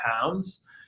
pounds